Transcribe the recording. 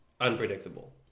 unpredictable